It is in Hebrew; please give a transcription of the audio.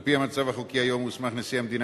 על-פי המצב החוקי היום הוסמך נשיא המדינה